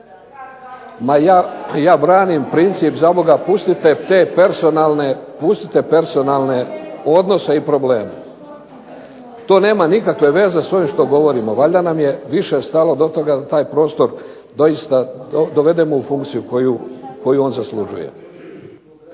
Ma ja branim princip za Boga. Pustite te personalne, pustite personalne odnose i probleme. To nema nikakve veze sa ovim što govorimo. Valjda nam je više stalo do toga da taj prostor doista dovedemo u funkciju koju on zaslužuje.